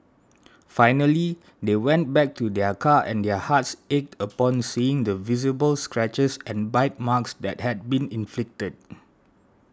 finally they went back to their car and their hearts ached upon seeing the visible scratches and bite marks that had been inflicted